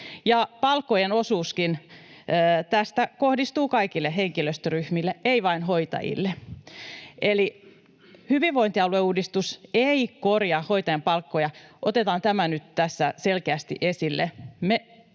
Palkkojen osuuskin tästä kohdistuu kaikille henkilöstöryhmille, ei vain hoitajille. Eli hyvinvointialueuudistus ei korjaa hoitajien palkkoja, otetaan tämä nyt tässä selkeästi esille.